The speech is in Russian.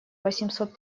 восемьсот